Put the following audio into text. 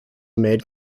made